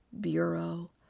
Bureau